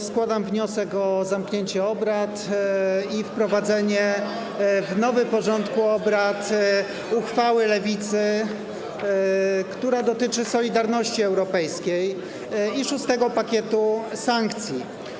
Składam wniosek o zamknięcie obrad i wprowadzenie w nowym porządku obrad uchwały Lewicy, która dotyczy solidarności europejskiej i szóstego pakietu sankcji.